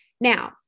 Now